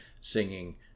singing